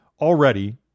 Already